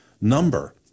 number